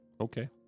Okay